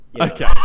Okay